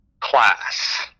class